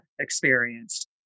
experienced